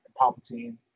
Palpatine